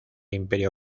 imperio